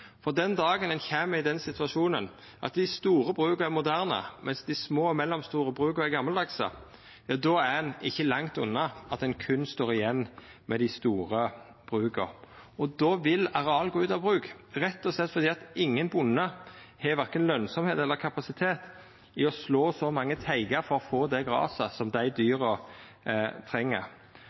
Den dagen ein kjem i den situasjonen at dei store bruka er moderne mens dei små og mellomstore bruka er gamaldagse, er ein ikkje langt unna at ein berre står igjen med dei store bruka. Då vil areal gå ut av bruk, rett og slett fordi ingen bonde har verken lønsemd eller kapasitet til å slå så mange teigar for å få det graset som dei dyra treng.